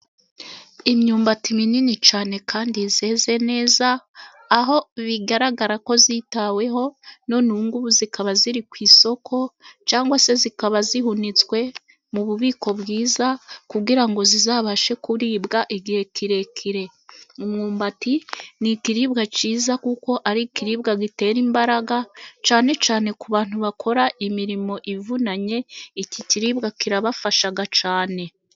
Imyumbati minini cyane kandi yeze neza, aho bigaragara ko yitaweho, none ubu ngubu ikaba iri ku isoko cyangwa se ikaba ihunitswe mu bubiko bwiza, kugira ngo izabashe kuribwa igihe kirekire, imyumbati ni ikiribwa cyiza kuko ari ikiribwa gitera imbaraga, cyane cyane ku bantu bakora imirimo ivunanye, iki kiribwa kirabafasha cyane.